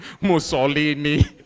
Mussolini